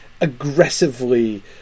aggressively